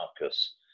Marcus